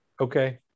Okay